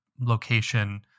location